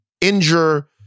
injure